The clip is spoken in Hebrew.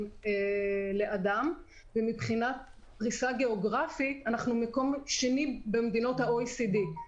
לאדם; ומבחינת פריסה גאוגרפית אנחנו מקום שני במדינות ה-OECD,